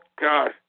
God